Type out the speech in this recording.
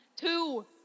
Two